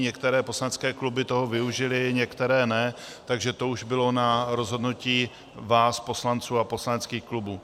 Některé poslanecké kluby toho využily, některé ne, takže to už bylo na rozhodnutí vás, poslanců a poslaneckých klubů.